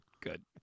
Good